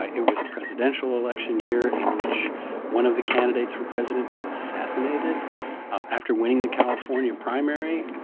ah it was a presidential election year in which one of the candidates for president was assassinated after winning the california primary.